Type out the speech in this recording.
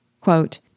Quote